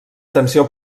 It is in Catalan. tensió